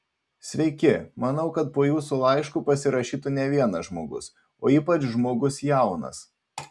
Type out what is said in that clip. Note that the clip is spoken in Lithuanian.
sveiki manau kad po jūsų laišku pasirašytų ne vienas žmogus o ypač žmogus jaunas